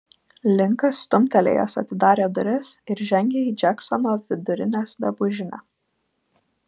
linkas stumtelėjęs atidarė duris ir žengė į džeksono vidurinės drabužinę